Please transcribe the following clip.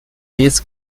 its